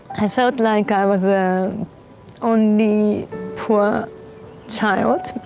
i felt like i was the only poor child.